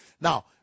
now